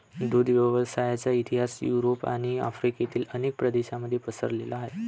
दुग्ध व्यवसायाचा इतिहास युरोप आणि आफ्रिकेतील अनेक प्रदेशांमध्ये पसरलेला आहे